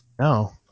No